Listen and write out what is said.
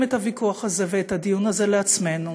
את הוויכוח הזה ואת הדיון הזה לעצמנו.